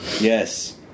Yes